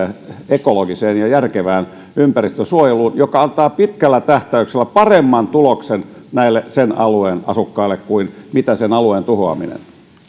ekologiseen ja järkevään ympäristönsuojeluun joka antaa pitkällä tähtäyksellä paremman tuloksen näille sen alueen asukkaille kuin sen alueen tuhoaminen